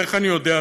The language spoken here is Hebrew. ואיך אני יודע,